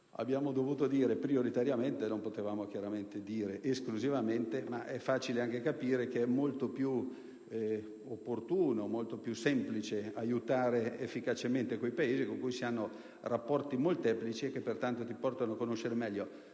Abbiamo dovuto dire "prioritariamente" non potevamo chiaramente dire "esclusivamente", ma è facile anche capire che è molto più opportuno e più semplice aiutare efficacemente i Paesi con cui si hanno rapporti molteplici, che pertanto portano a conoscerne meglio